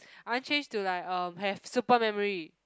I want change to like uh have super memory